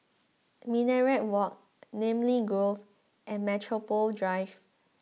Minaret Walk Namly Grove and Metropole Drive